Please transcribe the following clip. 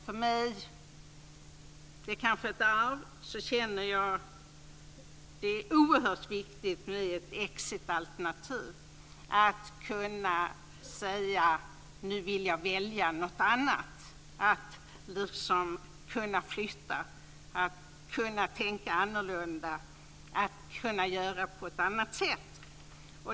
För min del - det är kanske ett arv - känner jag att det är oerhört viktigt med ett exit-alternativ. Det är viktigt att kunna säga: Nu vill jag välja något annat, att liksom kunna flytta, att kunna tänka annorlunda, att kunna göra på ett annat sätt.